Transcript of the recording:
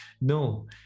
No